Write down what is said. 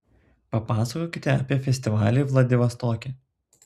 papasakokite apie festivalį vladivostoke